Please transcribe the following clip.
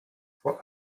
vor